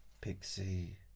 Pixie